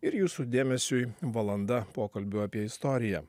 ir jūsų dėmesiui valanda pokalbių apie istoriją